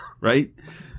right